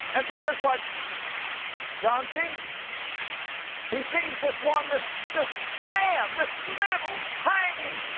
and so here's what john sees he sees this one, this, this lamb, this little, tiny,